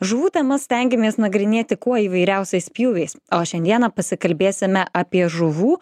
žuvų temas stengiamės nagrinėti kuo įvairiausiais pjūviais o šiandieną pasikalbėsime apie žuvų